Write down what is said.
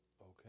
Okay